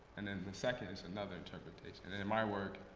and then the second is another interpretation. and then in my work,